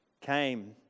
came